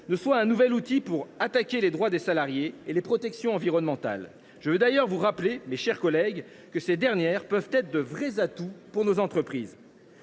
ne soit un nouvel outil pour attaquer les droits des salariés et les protections environnementales. Je vous rappelle d’ailleurs, mes chers collègues, que ces dernières peuvent être de vrais atouts pour nos entreprises.